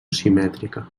simètrica